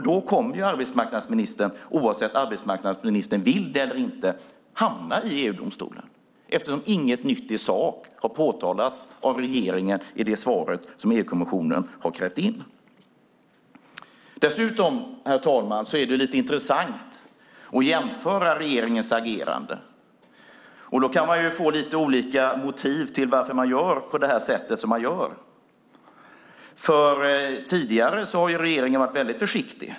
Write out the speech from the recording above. Då kommer arbetsmarknadsministern, oavsett om hon vill det eller inte, att hamna i EU-domstolen eftersom inget nytt i sak har påtalats av regeringen i det svar som EU-kommissionen har krävt in. Herr talman! Dessutom är det lite intressant att jämföra regeringens agerande. Då kan man få lite olika motiv till att man gör på det sätt som man gör. Tidigare har regeringen varit mycket försiktig.